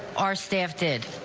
our staff did.